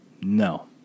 No